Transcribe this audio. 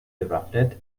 bewaffnet